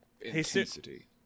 Intensity